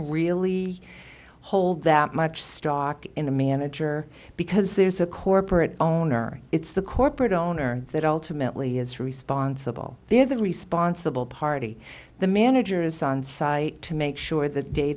really hold that much stock in a manager because there's a corporate own or it's the corporate owner that ultimately is responsible they're the responsible party the manager is on site to make sure the day